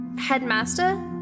Headmaster